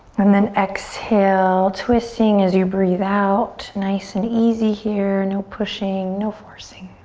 and then exhale, twisting as you breathe out. nice and easy here. no pushing, no forcing.